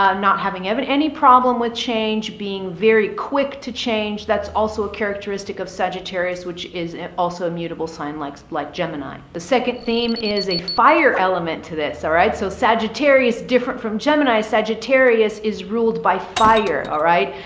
um not having and any problem with change, being very quick to change. that's also a characteristic of sagittarius, which is also a mutable sign likes like gemini. the second theme is a fire element to this. all right. so sagittarius different from gemini sagittarius is ruled by fire. all ah right.